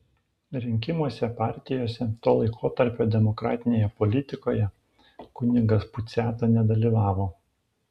rinkimuose partijose to laikotarpio demokratinėje politikoje kunigas puciata nedalyvavo